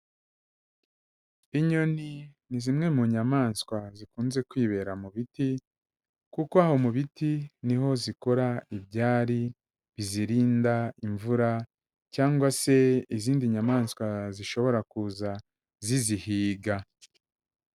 Inyoni ni zimwe mu nyamaswa zikunze kwibera mu biti, kuko aho mu biti niho zikora ibyari bizirinda imvura cyangwa se izindi nyamaswa zishobora kuza zizihiga.